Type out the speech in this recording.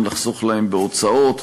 גם לחסוך להם בהוצאות.